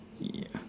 ya